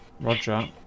roger